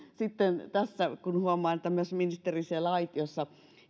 sitten tässä kun huomaan että ministeri siellä aitiossa